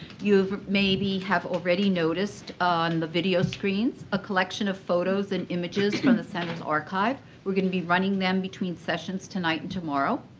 you maybe have already noticed on the video screens a collection of photos and images from the center's archive. we're going to be running them between sessions tonight and tomorrow.